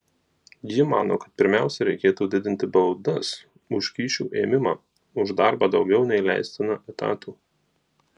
ji mano kad pirmiausia reikėtų didinti baudas už kyšių ėmimą už darbą daugiau nei leistina etatų